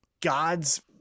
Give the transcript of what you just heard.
God's